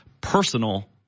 personal